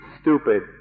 stupid